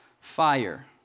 fire